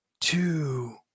two